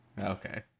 Okay